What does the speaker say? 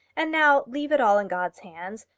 and now leave it all in god's hands.